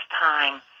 time